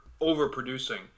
overproducing